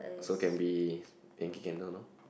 so can be Yankee Candle lor